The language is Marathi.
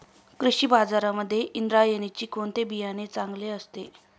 कृषी बाजारांमध्ये इंद्रायणीचे कोणते बियाणे चांगले असते?